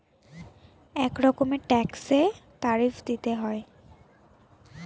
এক রকমের ট্যাক্সে ট্যারিফ দিতে হয়